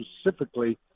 specifically